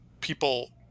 people